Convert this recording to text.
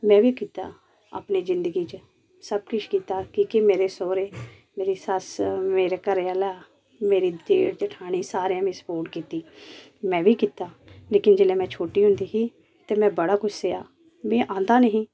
में बी कीता अपनी जिंदगी च सब किश कीता कि कि मेरे सौरे मेरी सस्स मेेरे घरे आह्ला मेरे जेठ जठानी सारें मिगी स्पोर्ट कीती में बी कीती में बी कीता लेकिन जेल्लै मैं छोटी हुंदी ही ते में बड़ा कुछ सेहा में आंदा नेही